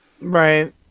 Right